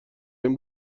این